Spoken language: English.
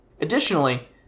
Additionally